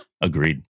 Agreed